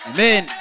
Amen